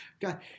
God